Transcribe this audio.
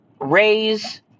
raise